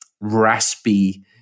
raspy